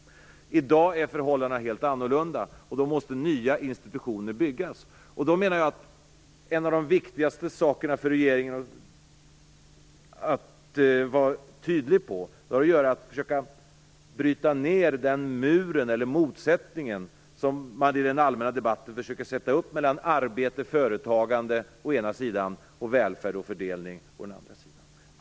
I dag är förhållandena helt annorlunda. Då måste nya institutioner byggas. Jag menar att en av de viktigaste sakerna där regeringen måste vara tydlig, är att försöka bryta ned den mur eller motsättning som man i den allmänna debatten försöker sätta upp mellan arbete och företagande å ena sidan och välfärd och fördelning å andra sidan.